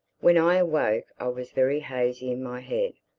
when i awoke i was very hazy in my head.